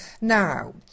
now